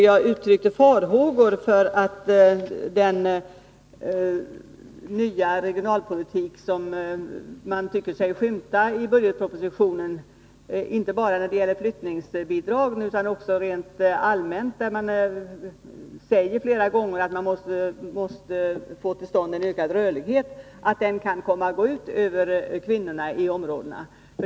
Jag uttryckte farhågor för att den nya regionalpolitik som man tycker sig skymta i budgetpropositionen kan komma att gå ut över kvinnorna i de olika områdena. Det gäller då inte bara flyttningsbidrag. Rent allmänt sägs det ju flera gånger att man måste få till stånd en ökad rörlighet.